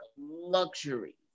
luxury